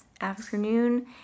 afternoon